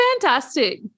fantastic